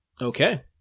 Okay